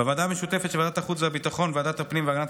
בוועדה המשותפת של ועדת החוץ והביטחון וועדת הפנים והגנת